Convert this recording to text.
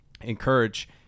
encourage